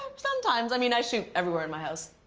sometimes. i mean i shoot everywhere in my house,